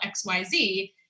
XYZ